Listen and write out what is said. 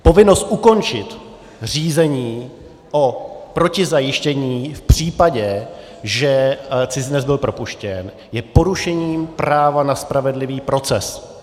Povinnost ukončit řízení proti zajištění v případě, že cizinec byl propuštěn, je porušením práva na spravedlivý proces.